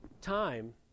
time